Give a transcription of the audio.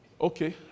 Okay